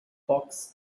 box